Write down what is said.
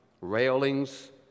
railings